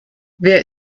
wer